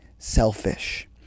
selfish